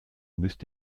müsst